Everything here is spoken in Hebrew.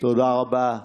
תודה רבה.